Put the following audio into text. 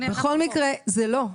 בכל מקרה מה שמוצע כאן זה לא.